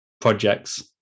projects